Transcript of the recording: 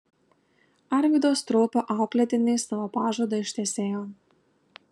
arvydo straupio auklėtiniai savo pažadą ištesėjo